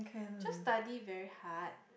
just study very hard